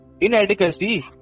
inadequacy